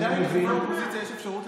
עדיין לחברי האופוזיציה יש אפשרות לדבר,